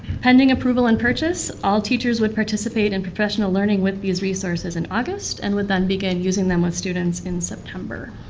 pending approval on purchase, all teachers would participate in professional learning with these resources in august, and would then begin using them with students in september.